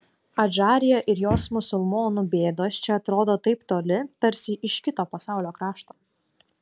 adžarija ir jos musulmonų bėdos čia atrodo taip toli tarsi iš kito pasaulio krašto